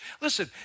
Listen